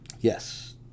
Yes